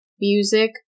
music